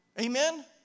Amen